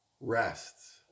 rests